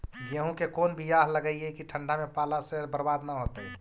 गेहूं के कोन बियाह लगइयै कि ठंडा में पाला से बरबाद न होतै?